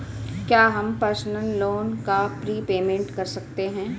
क्या हम personal loan का प्रीपेमेंट कर सकते हैं?